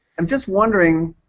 i'm just wondering